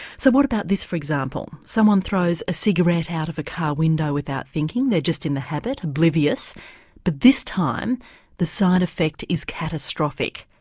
so what about this for example, someone throws a cigarette out of a car window without thinking, they're just in the habit, oblivious but this time the side effect is catastrophic.